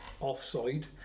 offside